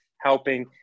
helping